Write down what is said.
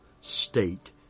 state